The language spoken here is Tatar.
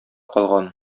калган